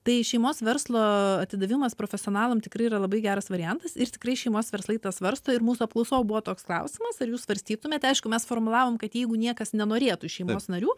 tai šeimos verslo atidavimas profesionalam tikrai yra labai geras variantas ir tikrai šeimos verslai tą svarsto ir mūsų apklausoj buvo toks klausimas ar jūs svarstytumėte aišku mes formulavom kad jeigu niekas nenorėtų iš šeimos narių